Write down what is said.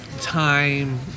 time